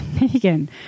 Megan